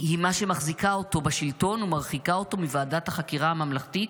היא מה שמחזיק אותו בשלטון ומרחיק אותו מוועדת החקירה הממלכתית